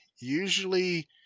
usually